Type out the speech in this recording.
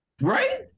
Right